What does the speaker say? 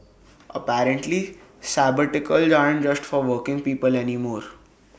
apparently sabbaticals aren't just for working people anymore